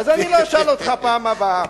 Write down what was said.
אז אני לא אשאל אותך בפעם הבאה.